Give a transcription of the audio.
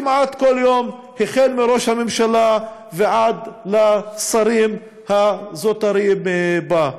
מראש הממשלה ועד השרים הזוטרים שבה.